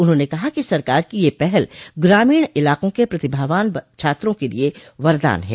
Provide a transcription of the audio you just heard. उन्होंने कहा कि सरकार की यह पहल ग्रामीण इलाकों के प्रतिभावान छात्रों के लिए वरदान है